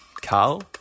Carl